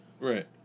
Right